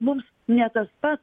mums ne tas pats